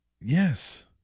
Yes